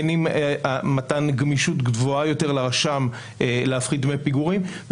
מתן גמישות גבוהה יותר לרשם להפחית דמי פיגורים,